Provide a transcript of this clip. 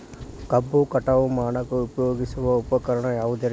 ಕಬ್ಬು ಕಟಾವು ಮಾಡಾಕ ಉಪಯೋಗಿಸುವ ಉಪಕರಣ ಯಾವುದರೇ?